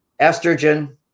estrogen